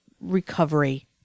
recovery